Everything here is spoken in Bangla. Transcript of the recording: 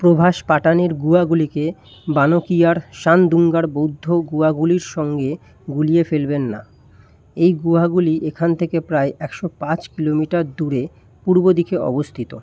প্রভাস পাটানের গুহাগুলিকে বানকিয়ার শান দুঙ্গার বৌদ্ধ গুহাগুলির সঙ্গে গুলিয়ে ফেলবেন না এই গুহাগুলি এখান থেকে প্রায় একশো পাঁচ কিলোমিটার দূরে পূর্ব দিকে অবস্থিত